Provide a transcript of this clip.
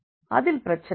அதில் பிரச்சனை இல்லை